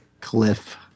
Cliff